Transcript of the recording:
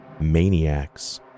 maniacs